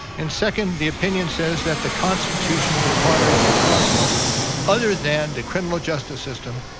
and second, the opinion says that the constitution requires a process other than the criminal justice system,